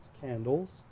candles